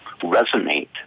resonate